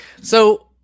So-